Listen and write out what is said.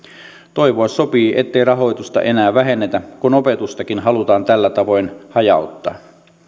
toivoa sopii ettei rahoitusta enää vähennetä kun opetustakin halutaan tällä tavoin hajauttaa